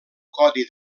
codi